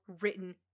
written